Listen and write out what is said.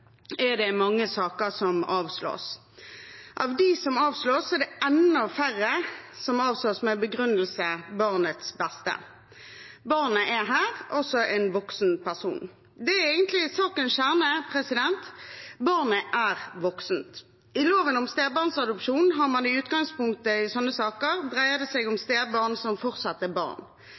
er det mange saker som avslås. Av dem som avslås, er det enda færre som avslås med begrunnelsen barnets beste. Barnet er her også en voksen person. Det er egentlig sakens kjerne: Barnet er voksent. I loven om stebarnsadopsjon har man som utgangspunkt i sånne saker at det dreier seg om stebarn som fortsatt er barn.